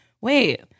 wait